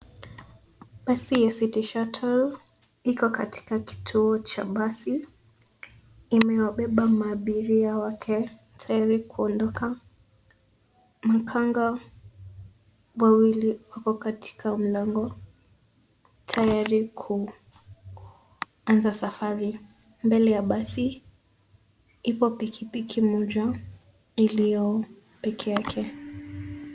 Basi la City Shuttle iko katika kituo cha basi. Imewabeba maabiria wake. Tayari kuondoka, makanga wawili wako katika mlango, tayari kuanza safari. Mbele ya basi ipo pikipiki moja iliyo pekee yake.